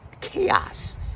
chaos